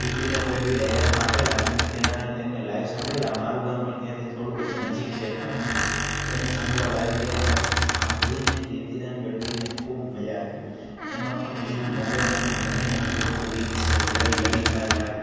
કીર્તિદાન ગઢવી ડાયરામાં આવેલા અને મેં ત્યાં તેમને લાઈવ સાંભળેલા મારું ગામ પણ ત્યાંથી થોડુંક જ નજીક છે ને અમે તેમને સાંભળવા લાઈવ ગયા હતા સાંભળીને કીર્તિદાન ગઢવીને ખૂબ મજા આવી એમાં પણ જે મોગલમાંનું મને મનગમતું ગીત છે લળી લળી પાયે લાગુ